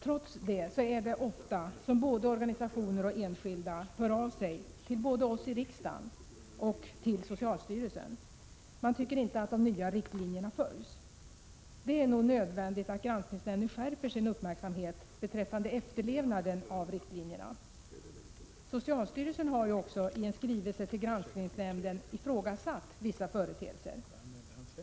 Trots det hör både organisationer och enskilda ofta av sig till oss i riksdagen och till socialstyrelsen, då de inte tycker att de nya riktlinjerna följs. Det är nog nödvändigt att granskningsnämnden skärper sin uppmärksamhet beträffande efterlevnaden av riktlinjerna. Socialstyrelsen har också i en skrivelse till granskningsnämnden ifrågasatt vissa företeelser.